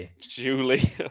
Julie